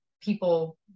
people